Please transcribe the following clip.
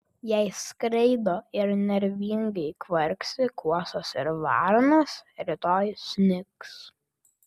jei skraido ir nervingai kvarksi kuosos ir varnos rytoj snigs